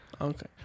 Okay